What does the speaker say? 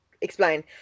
explain